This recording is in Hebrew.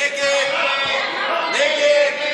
בדבר אישור הוראות בצו תעריף המכס והפטורים ומס'